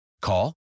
Call